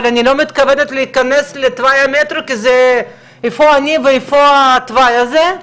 אבל אני לא מתכוונת להיכנס לתוואי המטרו כי איפה אני ואיפה התוואי הזה.